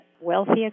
wealthier